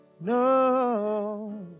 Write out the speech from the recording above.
No